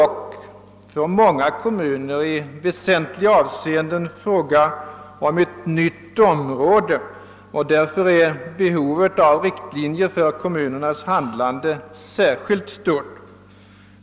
Men för många kommuner är det här i väsentliga avseenden fråga om ett nytt område, och behovet av riktlinjer för kommunernas handlande är där särskilt stort.